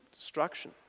Destruction